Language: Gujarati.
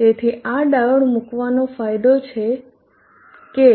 તેથી આ ડાયોડ મૂકવાનો ફાયદો એ છે કે